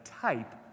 type